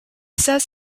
says